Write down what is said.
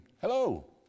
Hello